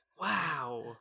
Wow